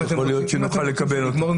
לא שמעתי שהוא מדבר על